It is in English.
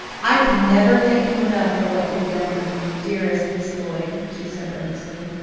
i can never thank you enough for what you have done for me, dearest miss lloyd, she said earnestly.